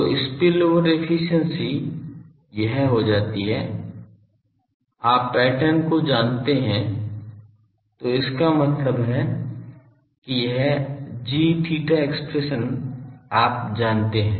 तो spillover efficiency यह हो जाती है आप पैटर्न को जानते हैं तो इसका मतलब है कि यह g theta एक्सप्रेशन आप जानते हैं